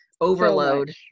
overload